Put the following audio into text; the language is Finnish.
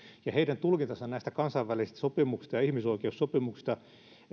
heidän tulkintansa näistä kansainvälisistä sopimuksista ja ihmisoikeussopimuksista